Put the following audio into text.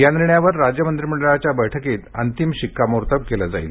या निर्णयावर राज्य मंत्रिमंडळाच्या बैठकीत अंतिम शिक्कामोर्तब केलं जाईल